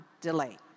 delay